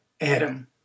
Adam